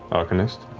arcanist.